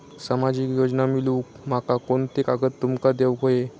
सामाजिक योजना मिलवूक माका कोनते कागद तुमका देऊक व्हये?